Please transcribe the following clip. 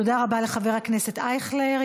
תודה רבה לחבר הכנסת אייכלר.